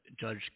Judge